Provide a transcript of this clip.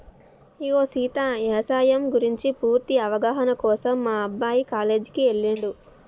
ఇగో సీత యవసాయం గురించి పూర్తి అవగాహన కోసం మా అబ్బాయి కాలేజీకి ఎల్లిండు